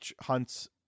hunts